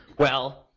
well,